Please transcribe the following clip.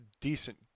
decent